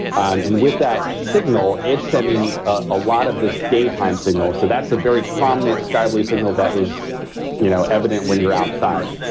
and with that signal, it's sending a lot of this daytime signal. so, that's a very prominent sky blue signal that is you know evident when you're outside,